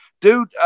Dude